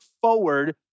forward